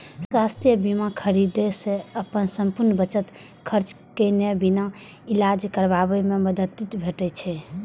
स्वास्थ्य बीमा खरीदै सं अपन संपूर्ण बचत खर्च केने बिना इलाज कराबै मे मदति भेटै छै